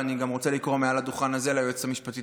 ואני גם רוצה לקרוא מעל הדוכן הזה ליועצת המשפטית